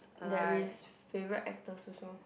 there is favourite actors also